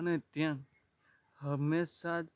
અને ત્યાં હંમેશા જ